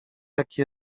jaki